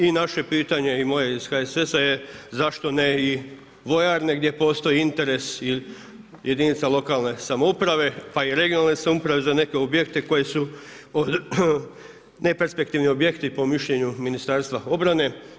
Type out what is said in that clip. I naše pitanje i moje iz HSS-a je zašto ne i vojarne gdje postoji interes i jedinica lokalne samouprave pa i regionalne samouprave za neke objekte koji su neperspektivni objekti po mišljenju Ministarstva obrane.